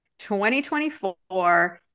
2024